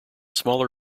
smaller